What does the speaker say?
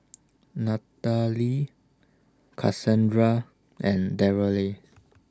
Nathaly Casandra and Darryle